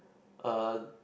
a